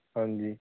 ਹਾਂਜੀ